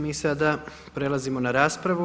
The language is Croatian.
Mi sada prelazimo na raspravu.